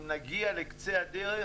אם נגיע לקצה הדרך